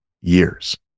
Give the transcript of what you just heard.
years